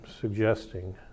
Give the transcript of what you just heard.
suggesting